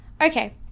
Okay